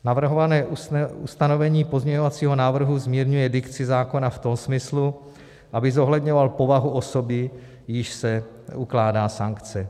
Navrhované ustanovení pozměňovacího návrhu zmírňuje dikci zákona v tom smyslu, aby zohledňoval povahu osoby, jíž se ukládá sankce.